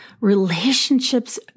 relationships